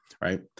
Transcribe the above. right